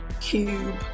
cube